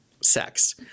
sex